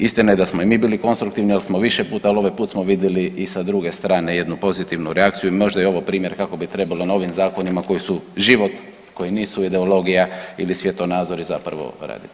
Istina je da smo i mi bili konstruktivni, al smo više puta, al ovaj put smo vidili i sa druge strane jednu pozitivnu reakciju i možda je ovo primjer kako bi trebalo novim zakonima koji su život koji nisu ideologija ili svjetonazori zapravo raditi.